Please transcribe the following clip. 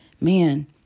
man